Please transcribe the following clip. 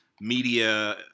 media